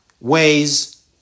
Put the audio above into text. ways